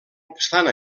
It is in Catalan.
obstant